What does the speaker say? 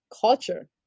culture